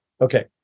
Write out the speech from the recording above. Okay